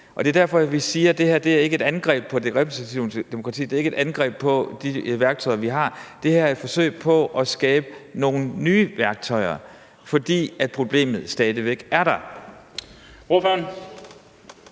Det er derfor, vi siger, at det her ikke er et angreb på det repræsentative demokrati, det er ikke et angreb på de værktøjer, vi har, men det her er et forsøg på at skabe nogle nye værktøjer, fordi problemet stadig væk er der.